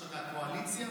שאתה מהקואליציה?